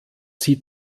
sie